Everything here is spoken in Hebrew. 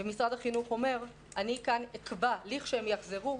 ומשרד החינוך אומר: אני כאן אקבע כשהם יחזרו,